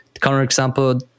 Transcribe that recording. counter-example